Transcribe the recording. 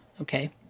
okay